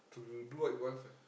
to do what he wants ah